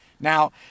Now